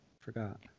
forgot